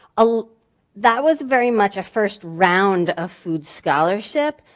ah that was very much a first round of food scholarship.